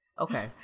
Okay